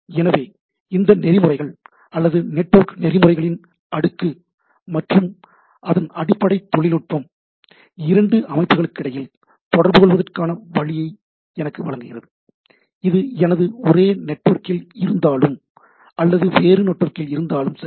எனவே இந்த நெறிமுறைகள் அல்லது நெட்வொர்க் நெறிமுறைகளின் அடுக்கு மற்றும் அதன் அடிப்படை தொழில்நுட்பம் இரண்டு அமைப்புகளுக்கிடையில் தொடர்புகொள்வதற்கான வழியை எனக்கு வழங்குகிறது இது எனது ஒரே நெட்வொர்க்கில் இருந்தாலும் அல்லது வேறு நெட்வொர்க்கில் இருந்தாலும் சரி